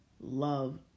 love